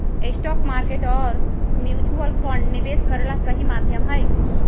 stock market और mutual fund निवेश करे ला सही माध्यम हई